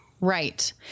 Right